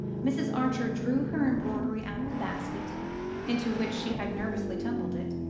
mrs. archer drew her embroidery out of the basket into which she had nervously tumbled it,